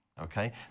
okay